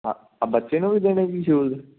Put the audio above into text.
ਆ ਆਹ ਬੱਚੇ ਨੂੰ ਵੀ ਦੇਣੇ ਜੀ ਸ਼ੂਜ਼